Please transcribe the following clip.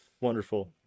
Wonderful